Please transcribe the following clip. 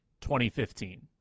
2015